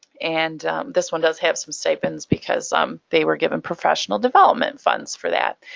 and this one does have some stipends because um they were given professional development funds for that.